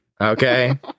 Okay